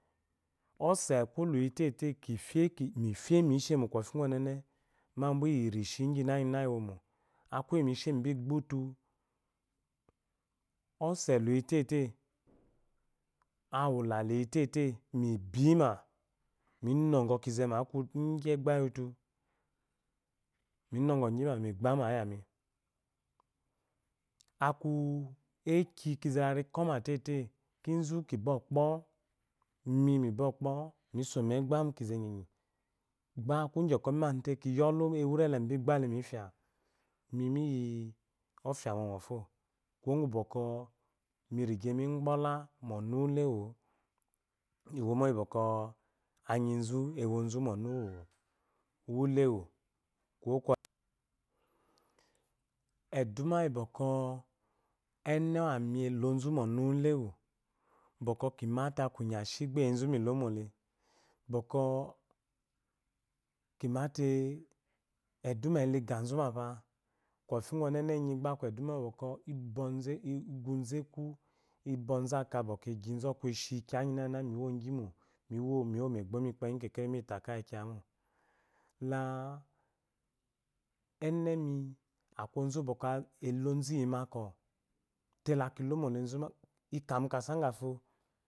Ose ko luyi tété mi fye mishémo kwɔfi onénē mambu lyi rishi lyanayina lwomo, aku yi mi she, mi gba utu, ose lu yi tété awula liyi tété mi biyi utu, mi nɔgwɔ kinze ma ngyi egba ma iya mi, aku eki kinze ki ko. ma tété kinzu ki bwɔ kpɔ imi mi bwɔkpɔ, miso mu egba mu kinze gyi té aku ewiri le mi gba le mifya mi miyi ɔfya momo fó kuwo bwɔkwɔ mi rige mi gboola mu onu uwu ule wu, mu iwomo lyi bwɔ kwɔ anyinzu ewonzu mu ɔnu uwulewu, kuwo kwɔle aduma lyi bwɔkwɔ ene uwa mi elonzu mu ɔnu uwule wu. bwɔkwɔ kimafe aku inyashi gba enyenzu mi como le bwɔkwɔ kima té aduma ele iganzu ma pa kɔfi ugwu onene inyi bga aku aduma lyi bwɔkwɔ ishi kiya inginagina mi yo ngi mo kuma mi wo mu egbomi ikpényi mi kata lyi kiya mo. la enemi la bonzu uwu bwɔkwɔ elonzu lyi makwɔ, te la ki lomo la enzu ɔmbankɔ.